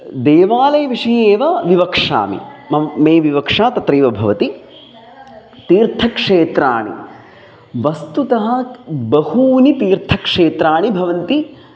देवालयविषये एव विवक्षामि मम मे विवक्षा तत्रैव भवति तीर्थक्षेत्राणि वस्तुतः बहूनि तीर्थक्षेत्राणि भवन्ति